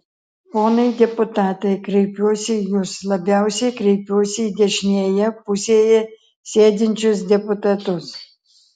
ponai deputatai kreipiuosi į jus labiausiai kreipiuosi į dešinėje pusėje sėdinčius deputatus